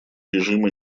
режима